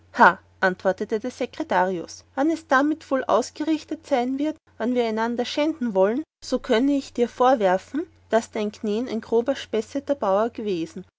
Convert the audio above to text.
antwortete der sekretarius wann es damit wohl ausgericht sein wird wann wir einander schänden wollen so könnte ich dir vorwerfen daß dein knän ein grober spesserter baur gewesen